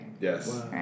Yes